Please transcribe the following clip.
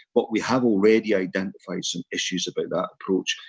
but we have already identified some issues about that approach.